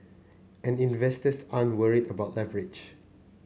and investors aren't worried about leverage